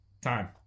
time